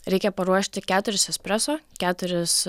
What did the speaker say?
reikia paruošti keturis espreso keturis